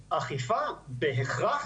ואנחנו במקרים המתאימים פונים לרשויות האחרות,